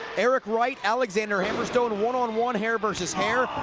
eric right, alexander hammerstone one on one hair vs. hair.